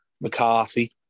McCarthy